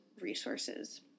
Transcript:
resources